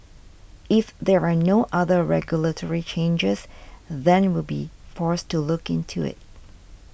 if there are no other regulatory changes then we'll be forced to look into it